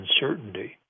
uncertainty